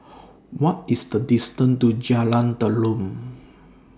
What IS The distance to Jalan Derum